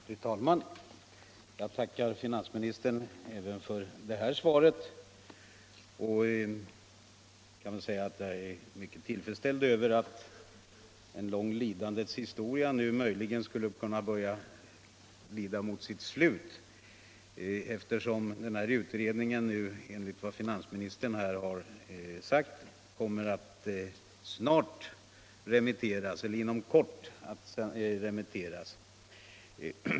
Fru talman! Jag tackar finansministern även för detta svar. Jag är mycket tillfredsställd över att ett långt lidandes historia nu möjligen börjar närma sig sitt slut, eftersom ifrågavarande utredning enligt vad finansministern här har sagt inom kort kommer att sändas ut på remiss.